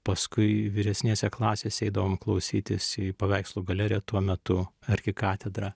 paskui vyresnėse klasėse eidavom klausytis į paveikslų galeriją tuo metu arkikatedrą